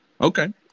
Okay